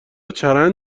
چرند